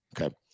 Okay